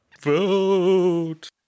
Vote